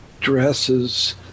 dresses